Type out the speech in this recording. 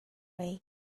away